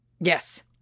yes